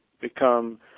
become